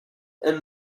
and